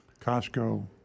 Costco